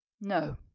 No